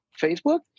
Facebook